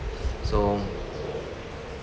so